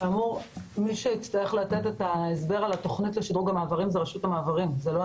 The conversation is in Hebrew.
מי שיצטרך לתת את ההסבר על התוכנית לשיפור המעברים זה לא אני,